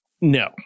No